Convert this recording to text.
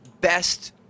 best